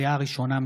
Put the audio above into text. לקריאה ראשונה,